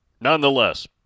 nonetheless